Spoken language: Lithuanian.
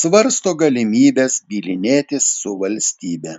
svarsto galimybes bylinėtis su valstybe